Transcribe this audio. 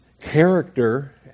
character